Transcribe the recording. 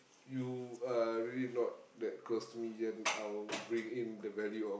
you are really not that close to me then I'll bring in the value of